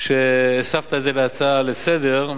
שהסבת את זה להצעה לסדר-היום,